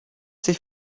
sich